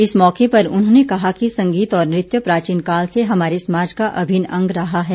इस मौके पर उन्होंने कहा कि संगीत और नृत्य प्राचीन काल से हमारे समाज का अभिन्न अंग रहा है